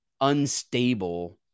unstable